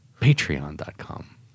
Patreon.com